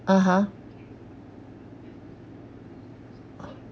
(uh huh)